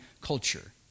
culture